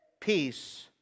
peace